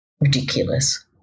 ridiculous